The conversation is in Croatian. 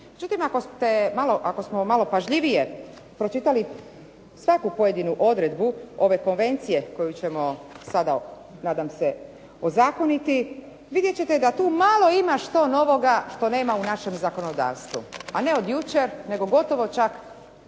Međutim, ako smo malo pažljivije pročitali svaku pojedinu odredbu ove konvencije koju ćemo sada nadam se ozakoniti vidjet ćete da tu malo ima što novoga što nema u našem zakonodavstvu, a ne od jučer nego gotovo čak